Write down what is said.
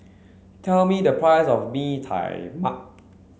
tell me the price of Bee Tai Mak